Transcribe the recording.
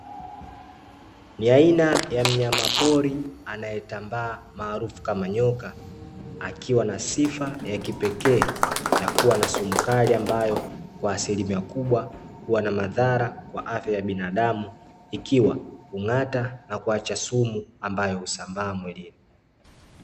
Ni aina ya mnyama pori anaye tambaa maarufu kama nyoka, Akiwa na sifa ya kipekee ya kuwa na sumu kali ambayo kwa asilimia kubwa huwa na madhara kwa afya ya binadamu ikiwa hung'ata na kuacha sumu ambayo husambaa mwilini.